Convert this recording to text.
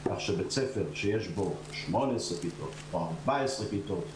כך שבית ספר שיש בו 18 כיתות או 14 כיתות,